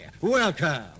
Welcome